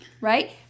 right